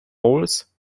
bowles